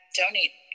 donate